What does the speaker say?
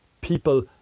people